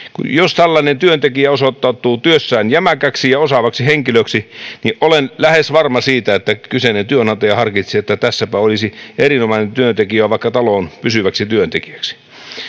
jos tällainen työntekijä osoittautuu työssään jämäkäksi ja osaavaksi henkilöksi niin olen lähes varma siitä että kyseinen työnantaja harkitsee että tässäpä olisi erinomainen työntekijä vaikka taloon pysyväksi työntekijäksi